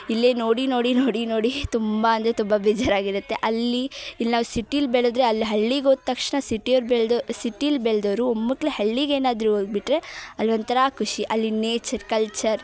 ಇಲ್ಲೇ ನೋಡಿ ನೋಡಿ ನೋಡಿ ನೋಡಿ ತುಂಬ ಅಂದರೆ ತುಂಬ ಬೇಜಾರಾಗಿರುತ್ತೆ ಅಲ್ಲಿ ಇಲ್ಲಿ ನಾವು ಸಿಟಿಲಿ ಬೆಳೆದರೆ ಅಲ್ಲಿ ಹಳ್ಳಿಗೆ ತಕ್ಷಣ ಸಿಟಿಯೋರು ಬೆಳೆದು ಸಿಟಿಲಿ ಬೆಳ್ದೋರು ಉಮ್ಮುಟ್ಲೆ ಹಳ್ಳಿಗೆ ಏನಾದರು ಹೋಗ್ಬಿಟ್ರೆ ಅಲ್ಲಿ ಒಂಥರ ಖುಷಿ ಅಲ್ಲಿ ನೇಚರ್ ಕಲ್ಚರ್